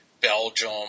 Belgium